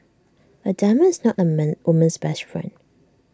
A diamond is not A man woman's best friend